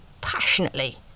passionately